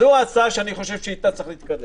זו ההצעה שאני חושב שאתה צריך להתקדם.